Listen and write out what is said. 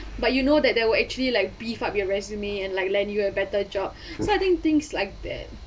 but you know that that will actually like beef up your resume and like land you a better job so I think things like that